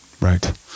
Right